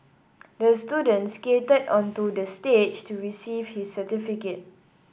the students skated onto the stage to receive his certificate